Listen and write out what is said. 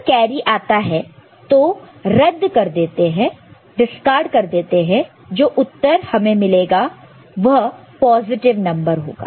अगर कैरी आता है तो रद्द डिस्कार्ड discard कर दो और जो उत्तर हमें मिलेगा वह पॉजिटिव है